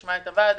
שנשמע את הוועד.